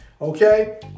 Okay